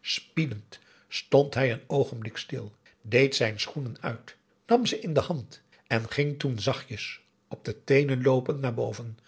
spiedend stond hij een oogenblik stil deed zijn schoenen uit nam ze in de hand en ging toen zachtjes op de teenen loopend naar boven